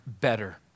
better